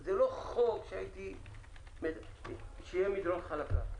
זה לא חוק שיהיה מדרון חלקלק.